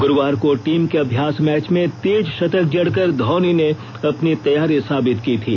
गुरूवार को टीम के अभ्यास मैच में तेज शतक जड़कर धौनी ने अपनी तैयारी साबित की थी